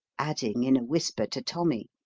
adding in a whisper to tommy,